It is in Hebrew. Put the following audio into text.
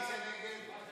יוליה מלינובסקי קונין,